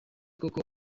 koko